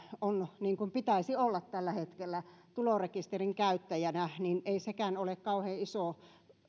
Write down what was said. on niin kuin pitäisi olla tällä hetkellä tulorekisterin käyttäjänä niin ei sekään ole kauhean iso